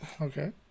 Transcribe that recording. okay